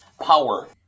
Power